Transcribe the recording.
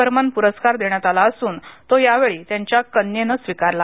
बर्मन पुरस्कार देण्यात आला असून तो यावेळी त्यांच्या कन्येने स्वीकारला